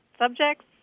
subjects